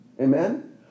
Amen